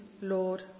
Lord